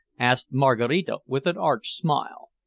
asked maraquita, with an arch smile.